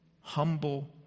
humble